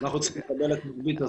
אנחנו צריכים לקבל את מרבית הזמן.